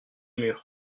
mur